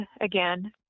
again